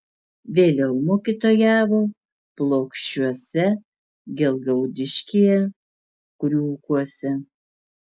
vėliau mokytojavo plokščiuose gelgaudiškyje kriūkuose